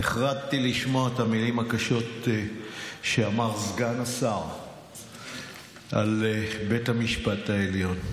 נחרדתי לשמוע את המילים הקשות שאמר סגן שר על בית המשפט העליון.